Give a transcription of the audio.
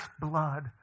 blood